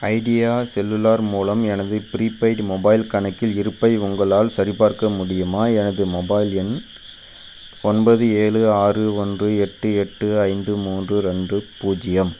idea Cellular மூலம் எனது prepaid mobile கணக்கில் இருப்பை உங்களால் சரிபார்க்க முடியுமா எனது மொபைல் எண் ஒன்பது ஏழு ஆறு ஒன்று எட்டு எட்டு ஐந்து மூன்று ரெண்டு பூஜ்ஜியம்